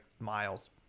Miles